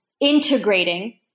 integrating